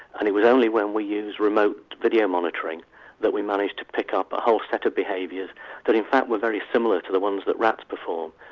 and it was only when we used remote video monitoring that we managed to pick up a whole set of behaviours that in fact were very similar to the ones that rats perform,